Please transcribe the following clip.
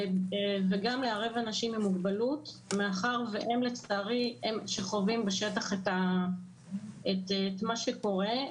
וגם לערב אנשים עם מוגבלות מאחר שהם לצערי שחווים בשטח את מה שקורה.